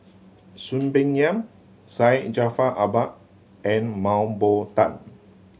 Soon Peng Yam Syed Jaafar Albar and Mah Bow Tan